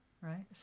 right